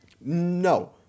No